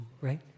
Right